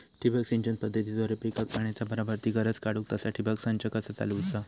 ठिबक सिंचन पद्धतीद्वारे पिकाक पाण्याचा बराबर ती गरज काडूक तसा ठिबक संच कसा चालवुचा?